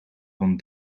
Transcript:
van